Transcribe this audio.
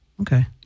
Okay